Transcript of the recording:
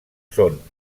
són